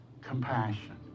compassion